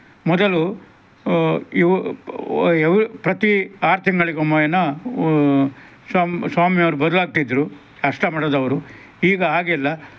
ಮೊದಲು ಇವು ಯಾವು ಪ್ರತಿ ಆರು ತಿಂಗಳಿಗೊಮ್ಮೆಯೋ ಸ್ವಾಮಿ ಸ್ವಾಮಿಯವರು ಬದಲಾಗ್ತಿದ್ದರು ಅಷ್ಠ ಮಠದವರು ಈಗ ಹಾಗಿಲ್ಲ